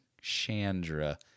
Chandra